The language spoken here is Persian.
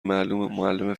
معلم